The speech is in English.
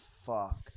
fuck